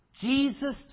Jesus